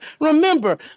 remember